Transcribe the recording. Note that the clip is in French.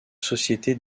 société